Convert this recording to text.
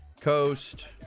Coast